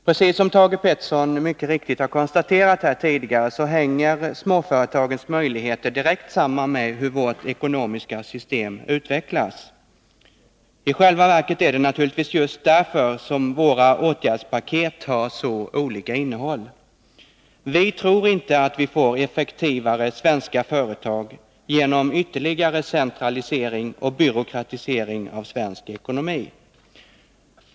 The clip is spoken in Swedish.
Precis som Thage Peterson mycket riktigt har konstaterat här tidigare hänger småföretagens möjligheter direkt samman med hur vårt ekonomiska system utvecklas. I själva verket är det naturligtvis just därför som våra åtgärdspaket har så olika innehåll. Vi tror inte att vi får effektivare svenska företag genom ytterligare centralisering och byråkratisering av svensk 157 ekonomi.